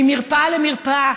ממרפאה למרפאה,